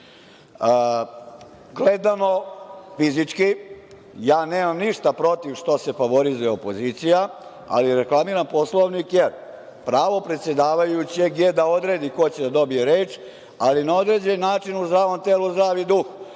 fizički, nemam ništa protiv što se favorizuje opozicija, ali reklamiram Poslovnik, jer je pravo predsedavajućeg da odredi ko će da dobije reč. Na određeni način - u zdravom telu zdrav je duh.